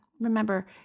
Remember